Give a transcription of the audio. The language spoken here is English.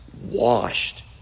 washed